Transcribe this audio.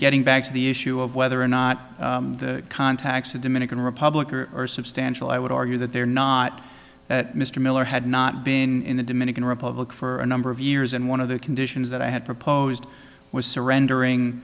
getting back to the issue of whether or not contacts a dominican republic or are substantial i would argue that they're not mr miller had not been the dominican republic for a number of years and one of the conditions that i had proposed was surrendering